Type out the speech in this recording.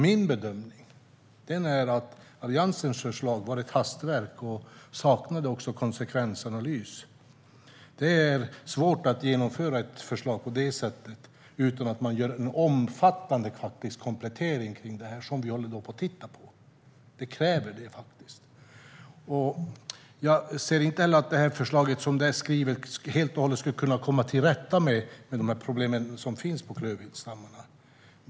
Min bedömning är att Alliansens förslag var ett hastverk som saknade konsekvensanalys. Det är svårt att genomföra ett förslag på det sättet utan att göra en omfattande komplettering, vilket vi håller på att titta på. Det krävs faktiskt. Jag ser inte att förslaget, så som det är skrivet, helt och hållet kan komma till rätta med de problem som finns när det gäller klövviltstammarna.